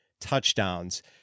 touchdowns